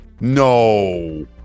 No